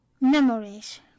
memories